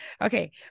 Okay